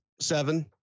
Seven